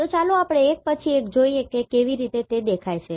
તો ચાલો આપણે એક પછી એક જોઈએ કે તેઓ કેવી રીતે દેખાય છે